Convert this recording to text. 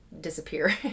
disappear